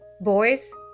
Boys